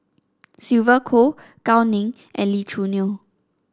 Sylvia Kho Gao Ning and Lee Choo Neo